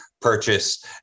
purchase